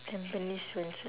tampines swensen's